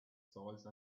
size